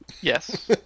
Yes